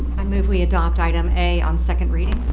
i move we adopt item a on second reading.